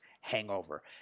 hangover